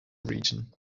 region